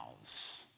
mouths